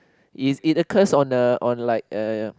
it it occurs on the on like uh